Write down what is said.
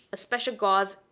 a special gauze,